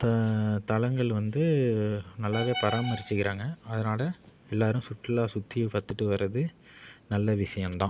தலங்கள் வந்து நல்லாவே பராமரித்துக்கிறாங்க அதனால் எல்லோரும் சுற்றுலா சுற்றி பார்த்துட்டு வரது நல்ல விஷயம் தான்